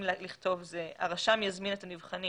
עיון בבחינה והשגה 15א. הרשם יזמין את הנבחנים